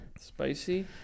Spicy